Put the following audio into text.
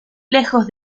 lejos